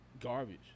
garbage